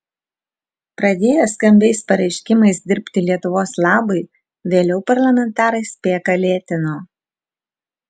pradėję skambiais pareiškimais dirbti lietuvos labui vėliau parlamentarai spėką lėtino